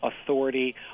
authority